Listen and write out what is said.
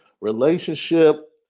relationship